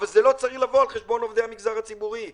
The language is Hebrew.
אבל זה לא צריך לבוא על חשבון עובדי המגזר הציבורי.